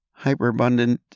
hyperabundant